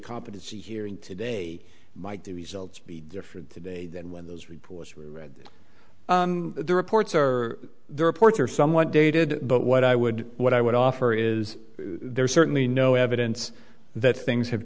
competency hearing today might the results be different today than when those reports really read the reports or the reports are somewhat dated but what i would what i would offer is there's certainly no evidence that things have